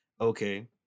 Okay